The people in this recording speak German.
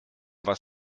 was